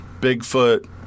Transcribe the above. Bigfoot